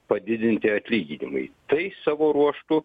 padidinti atlyginimai tai savo ruožtu